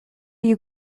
you